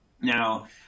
Now